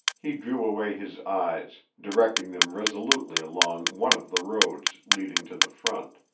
he drew away his eyes, directing them resolutely along one of the roads leading to the front,